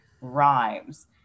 rhymes